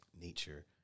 nature